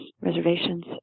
reservations